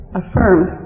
affirmed